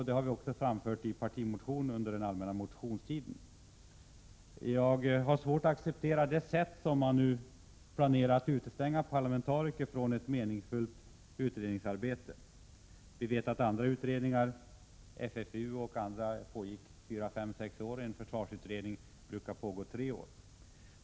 Det har vi framfört bl.a. i en partimotion under den allmänna motionstiden. Jag har svårt att acceptera att man på ett sådant här sätt planerar att utestänga parlamentariker från ett meningsfullt utredningsarbete. Andra utredningar, som FFU, pågick fyra, fem eller sex år, och en försvarsutredning brukar pågå i tre år.